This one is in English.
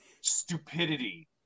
stupidity